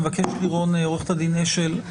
עו"ד לירון אשל,